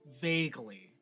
Vaguely